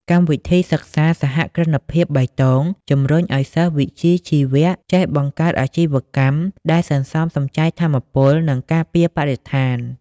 កម្មវិធីសិក្សា "សហគ្រិនភាពបៃតង" ជម្រុញឱ្យសិស្សវិជ្ជាជីវៈចេះបង្កើតអាជីវកម្មដែលសន្សំសំចៃថាមពល និងការពារបរិស្ថាន។